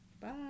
Bye